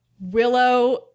Willow